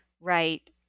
right